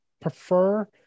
prefer